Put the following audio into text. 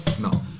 No